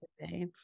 today